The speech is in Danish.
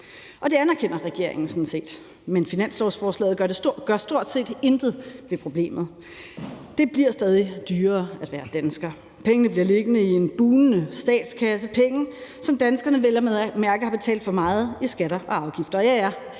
det anerkender regeringen sådan set, men finanslovsforslaget gør stort set intet ved problemet. Det bliver stadig dyrere at være dansker, pengene bliver liggende i en bugnende statskasse – penge, som danskerne vel at mærke har betalt for meget i skatter og afgifter.